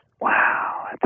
Wow